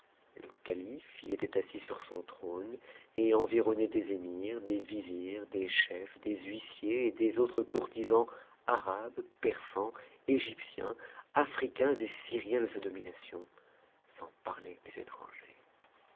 le calife y était assis sur son trône et environne des émirs des vizirs des chefs des huissiers et des autres courtisans arabes persans égyptiens africains et syriens de sa domination sans parler des étrangers